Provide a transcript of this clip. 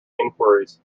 inquiries